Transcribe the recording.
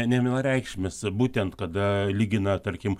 nevienareikšmis būtent kad lygina tarkim